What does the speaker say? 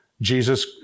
Jesus